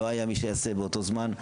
לא היה מי שיעשה באותו זמן,